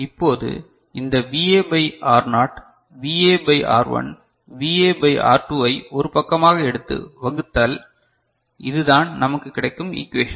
இப்போது இந்த VA by R naught VA by R1 VA by R2 ஐ ஒரு பக்கமாக எடுத்து வகுத்தல் இதுதான் நமக்கு கிடைக்கும் ஈகுவேஷன்